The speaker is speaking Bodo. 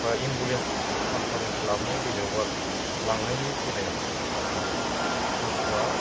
बा एम्बुलेन्स फाहामसालिनिफ्राय लाबोनायनि बेलायाव बा लांनायनि बेलायाव बस्तुआ